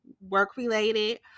work-related